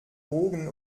bogen